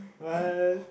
what